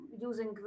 using